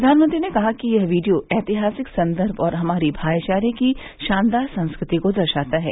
प्रधानमंत्री ने कहा है कि यह वीडियो ऐतिहासिक संदर्भ और हमारी भाईचारे की शानदार संस्कृति को दर्शाता है